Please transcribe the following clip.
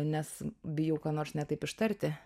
nes bijau ką nors ne taip ištarti